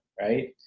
right